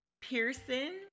Pearson